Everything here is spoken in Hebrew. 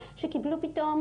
שקיבלו פתאום